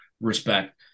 respect